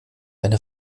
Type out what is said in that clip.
eine